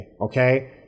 okay